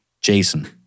Jason